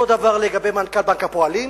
אותו דבר לגבי מנכ"ל בנק הפועלים,